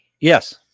Yes